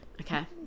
Okay